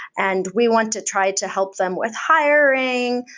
and we want to try to help them with hiring,